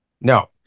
No